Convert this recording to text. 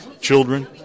children